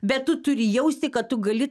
bet tu turi jausti kad tu gali